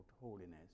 holiness